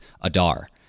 Adar